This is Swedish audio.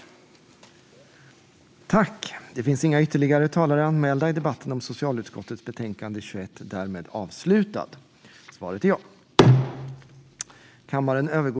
Språkplikt - deltag-ande i vuxenutbildning i svenska för invand-rare för rätt till försörjningsstöd